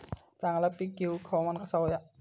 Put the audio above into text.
चांगला पीक येऊक हवामान कसा होया?